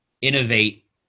innovate